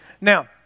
Now